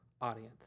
audience